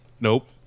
Nope